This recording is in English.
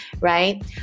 right